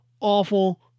awful